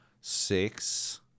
six